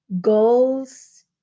goals